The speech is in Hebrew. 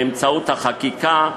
באמצעות החקיקה,